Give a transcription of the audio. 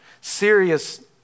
serious